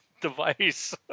device